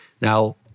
Now